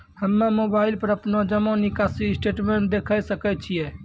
हम्मय मोबाइल पर अपनो जमा निकासी स्टेटमेंट देखय सकय छियै?